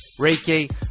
Reiki